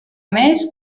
més